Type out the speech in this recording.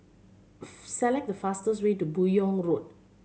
select the fastest way to Buyong Road